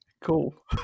Cool